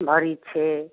भरी छै